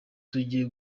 tujye